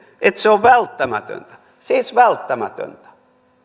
että se on välttämätöntä siis välttämätöntä